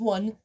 One